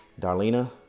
Darlena